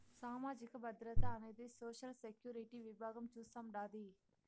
సామాజిక భద్రత అనేది సోషల్ సెక్యూరిటీ విభాగం చూస్తాండాది